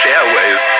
Airways